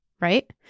right